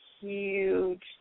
huge